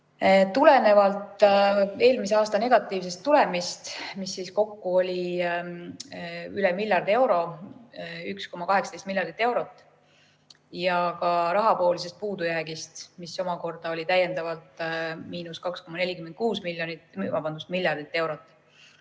Tulenevalt eelmise aasta negatiivsest tulemist, mis kokku oli üle miljardi euro, 1,18 miljardit eurot, ja ka rahavoolisest puudujäägist, mis omakorda oli täiendavalt –2,46 miljardit eurot,